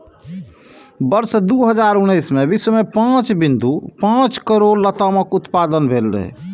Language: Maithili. वर्ष दू हजार उन्नैस मे विश्व मे पांच बिंदु पांच करोड़ लतामक उत्पादन भेल रहै